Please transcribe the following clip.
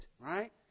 right